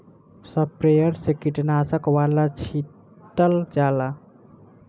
sprayer से कीटनाशक वाला छीटल जाला